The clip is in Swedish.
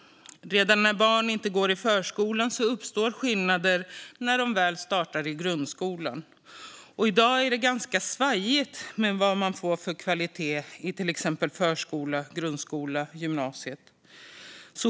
Redan om barn inte går i förskolan uppstår skillnader när de väl startar i grundskolan. I dag är det ganska svajigt med vad man får för kvalitet i till exempel förskola, grundskola och gymnasiet.